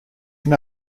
also